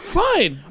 fine